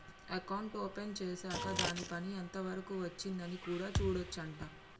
account open చేశాక్ దాని పని ఎంత వరకు వచ్చింది అని కూడా చూడొచ్చు అంట